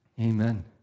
Amen